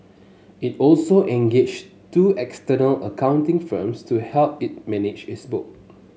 it also engaged two external accounting firms to help it manage its book